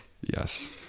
yes